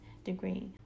degree